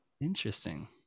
Interesting